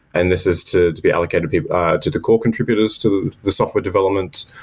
and this is to to be allocated to the core contributors to the software development.